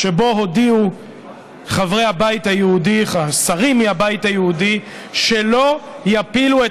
שבו הודיעו השרים מהבית היהודי שלא יפילו את